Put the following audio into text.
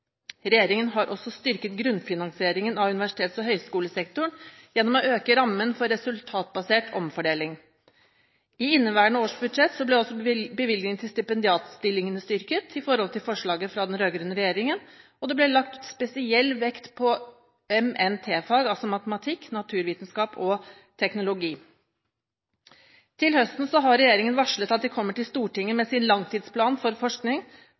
Regjeringen har også styrket grunnfinansieringen av universitets- og høyskolesektoren gjennom å øke rammen for resultatbasert omfordeling. I inneværende års budsjett ble også bevilgningene til stipendiatstillingene styrket i forhold til forslaget fra den rød-grønne regjeringen, og det ble lagt spesiell vekt på MNT-fag, altså matematikk, naturvitenskap og teknologi. Til høsten har regjeringen varslet at den kommer til Stortinget med sin langtidsplan for forskning,